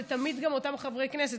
זה תמיד גם אותם חברי כנסת,